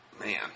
man